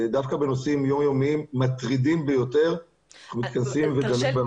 ודווקא בנושאים יומיומיים מטרידים ביותר מתכנסים ודנים בנושא הזה.